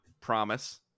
promise